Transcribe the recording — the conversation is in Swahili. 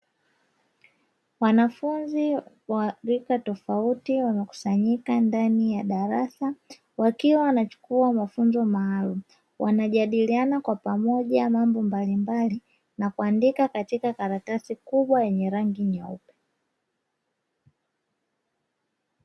Wanafunzi wa rika tofauti wamekusanyika ndani ya darasa, wakiwa wanachukua mafunzo maalumu. Wanajadiliana kwa pamoja mambo mbalimbali na kuandika katika karatasi kubwa yenye rangi nyeupe.